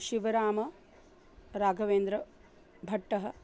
शिवरामः राघवेन्द्रः भट्टः